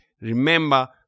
Remember